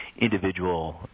individual